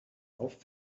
auf